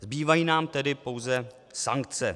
Zbývají nám tedy pouze sankce.